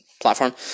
platform